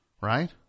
Right